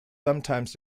sometimes